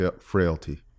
frailty